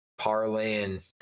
parlaying